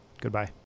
Goodbye